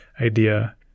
idea